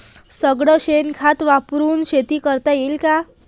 सगळं शेन खत वापरुन शेती करता येईन का?